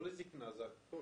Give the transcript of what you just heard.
זה לא לזקנה, זה הכול.